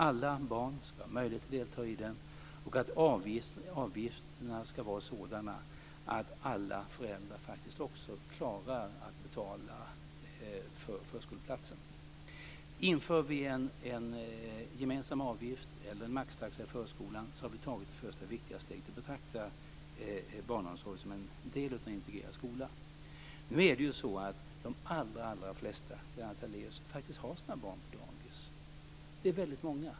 Alla barn ska ha möjlighet att delta i den och avgifterna ska vara sådana att alla föräldrar klarar att betala för förskoleplatsen. Inför vi en gemensam avgift eller en maxtaxa i förskolan har vi tagit det första viktiga steget att betrakta barnomsorgen som en del av en integrerad skola. Nu är det så, Lennart Daléus, att de allra flesta faktiskt har sina barn på dagis. Det är väldigt många.